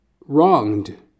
wronged